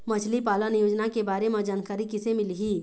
मछली पालन योजना के बारे म जानकारी किसे मिलही?